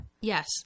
Yes